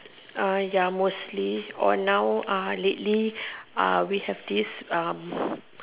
uh ya mostly or now lately uh we have this um